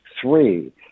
three